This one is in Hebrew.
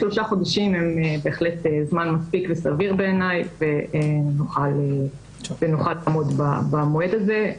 שלושה חודשים הם בהחלט זמן מספיק וסביר בעיניי ונוכל לעמוד במועד הזה.